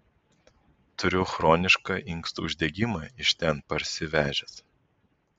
turiu chronišką inkstų uždegimą iš ten parsivežęs